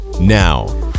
Now